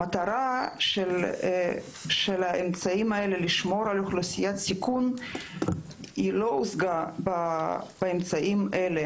המטרה של לשמור על אוכלוסיית סיכון לא הושגה באמצעים שננקטו,